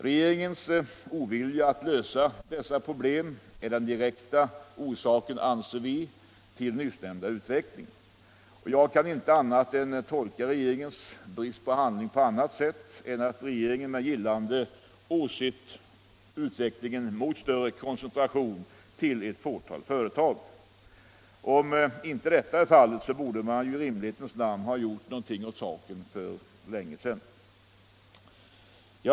Regeringens ovilja att lösa dessa problem är, anser vi, den direkta orsaken till nyssnämnda utveckling. Jag kan inte tolka regeringens brist på handling på annat sätt än att regeringen med gillande åsett utvecklingen mot större koncentration till ett fåtal företag. Om inte detta är fallet så borde man i rimlighetens namn ha gjort någonting åt saken för länge sedan.